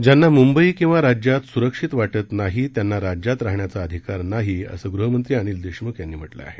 ज्यांना मूंबई किंवा राज्यात स्रक्षित वाटत नाही त्यांना राज्यात राहण्याचा अधिकार नाही असं ग़हमंत्री अनिल देशम्ख यांनी म्हटलं आहे